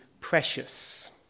precious